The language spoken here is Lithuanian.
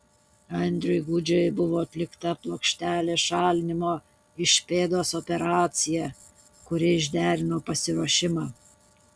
andriui gudžiui buvo atlikta plokštelės šalinimo iš pėdos operacija kuri išderino pasiruošimą